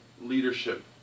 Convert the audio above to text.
leadership